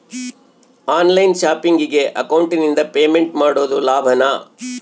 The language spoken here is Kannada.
ಆನ್ ಲೈನ್ ಶಾಪಿಂಗಿಗೆ ಅಕೌಂಟಿಂದ ಪೇಮೆಂಟ್ ಮಾಡೋದು ಲಾಭಾನ?